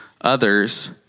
others